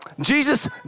Jesus